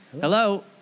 Hello